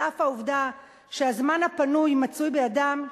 על אף העובדה שהזמן הפנוי מצוי בידם,